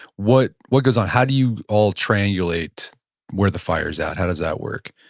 what what goes on? how do you all triangulate where the fire's at? how does that work?